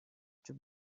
too